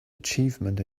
achievement